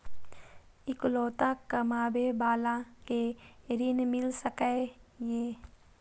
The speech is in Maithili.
इकलोता कमाबे बाला के ऋण मिल सके ये?